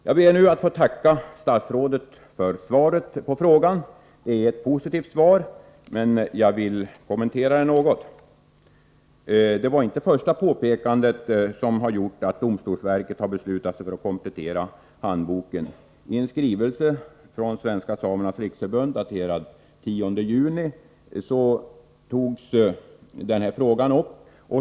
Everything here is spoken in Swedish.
Jag ber nu att få tacka statsrådet för svaret på frågan. Det är ett positivt svar, men jag vill kommentera det något. Det är inte det första påpekandet som har gjort att domstolsverket har beslutat sig för att komplettera handboken. I en skrivelse från Svenska samernas riksförbund, daterad den 10 juni 1983, togs den här frågan upp.